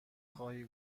خواهی